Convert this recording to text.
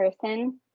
person